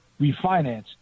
refinance